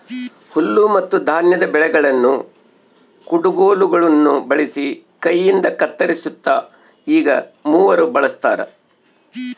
ಹುಲ್ಲುಮತ್ತುಧಾನ್ಯದ ಬೆಳೆಗಳನ್ನು ಕುಡಗೋಲುಗುಳ್ನ ಬಳಸಿ ಕೈಯಿಂದಕತ್ತರಿಸ್ತಿತ್ತು ಈಗ ಮೂವರ್ ಬಳಸ್ತಾರ